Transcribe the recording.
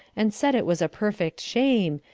and said it was a perfect shame,